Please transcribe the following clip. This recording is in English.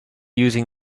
using